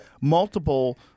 multiple